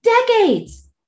decades